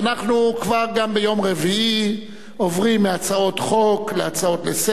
חבר הכנסת עמיר פרץ בטעות לחץ על מקום הצבעתו של חבר הכנסת